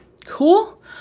Cool